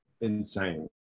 insane